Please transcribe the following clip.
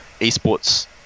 esports